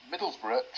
Middlesbrough